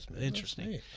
interesting